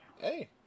Hey